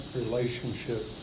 relationship